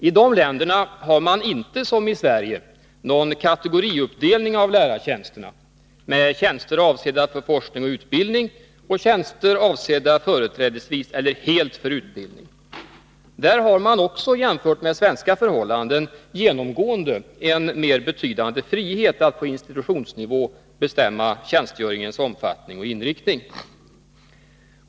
I de länderna har man inte som i Sverige någon kategoriuppdelning av lärartjänsterna, med tjänster avsedda för forskning och utbildning och tjänster avsedda företrädesvis eller helt för utbildning. Där har man också, jämfört med svenska förhållanden, genomgående större frihet att på institutionsnivå bestämma tjänstgöringens omfattning och inriktning.